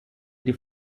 die